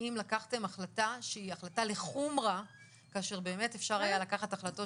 האם לקחתם החלטה שהיא החלטה לחומרה כאשר באמת אפשר היה לקחת החלטות